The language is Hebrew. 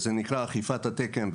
וזה נקרא אכיפת התקן.